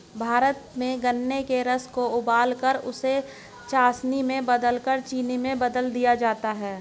भारत में गन्ने के रस को उबालकर उसे चासनी में बदलकर चीनी में बदल दिया जाता है